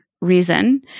reason